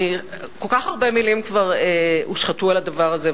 כל כך הרבה מלים כבר הושחתו על הדבר הזה,